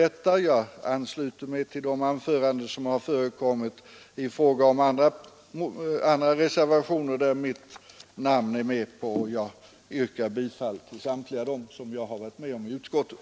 Herr talman! Jag ansluter mig till de anföranden som hållits och som gällt andra reservationer där mitt namn finns med, och jag yrkar bifall till samtliga reservationer som jag anslutit mig till i utskottet.